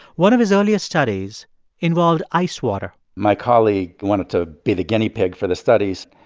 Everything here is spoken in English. one of his earliest studies involved ice water my colleague wanted to be the guinea pig for the studies,